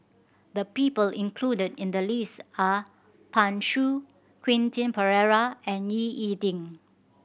the people include in the list are Pan Shou Quentin Pereira and Ying E Ding